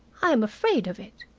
i am afraid of it,